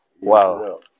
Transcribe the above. Wow